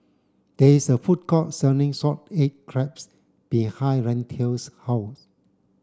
there is a food court selling salted egg crabs behind Randel's house